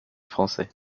français